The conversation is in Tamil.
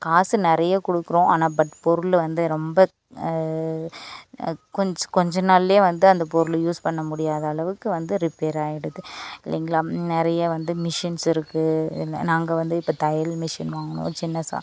காசு நிறைய கொடுக்குறோம் ஆனால் பட் பொருள் வந்து ரொம்ப கொஞ் கொஞ்சம் நாளில் வந்து அந்த பொருள் யூஸ் பண்ண முடியாத அளவுக்கு வந்து ரிப்பேர் ஆகிடுது இல்லைங்களா நிறைய வந்து மிஷின்ஸ் இருக்குது நாங்கள் வந்து இப்போ தையல் மிஷின் வாங்குனோம் சின்ன சா